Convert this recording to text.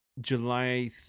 July